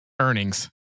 earnings